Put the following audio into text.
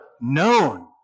known